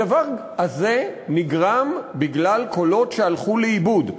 הדבר הזה נגרם בגלל קולות שהלכו לאיבוד.